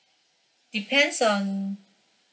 depends on